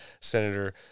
Senator